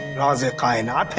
raaz-e-kainat.